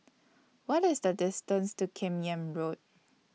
What IS The distance to Kim Yam Road